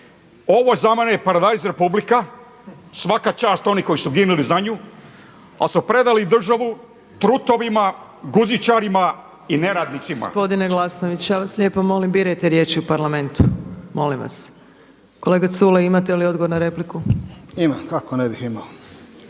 Ovo je za mene paradajz Republika. Svaka čast oni koji su ginuli za nju, ali su predali državu trutovima, guzičarima i neradnicima. **Opačić, Milanka (SDP)** Gospodine Glasnović ja vam lijepo molim birajte riječi u Parlamentu. Molim vas! Kolega Culej imate li odgovor na repliku? **Culej, Stevo